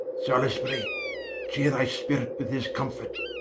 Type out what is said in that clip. salisbury cheare thy spirit with this comfort,